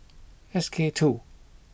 S K two